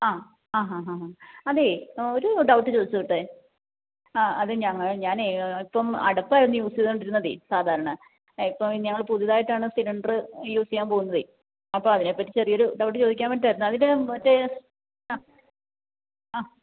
ആ ആഹാഹാഹാ അതേ ഒരു ഡൗട്ട് ചോദിച്ചോട്ടേ ആ അത് ഞങ്ങൾ ഞാനേ ഇപ്പം അടുപ്പായിരുന്നു യൂസ് ചെയ്തുകൊണ്ടിരുന്നതേ സാധാരണ ഇപ്പോൾ ഞങ്ങൾ പുതിയതായിട്ടാണ് സിലിണ്ടർ യൂസ് ചെയ്യാൻ പോവുന്നതേ അപ്പോൾ അതിനേപ്പറ്റി ചെറിയൊരു ഡൗട്ട് ചോദിക്കാൻ വേണ്ടിയിട്ടായിരുന്നു അതിൻ്റെ മറ്റേ ആ ആ